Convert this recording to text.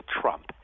Trump